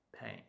pain